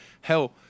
Hell